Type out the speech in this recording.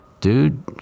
dude